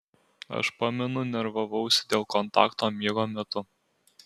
aš pamenu nervavausi dėl kontakto miego metu